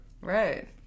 Right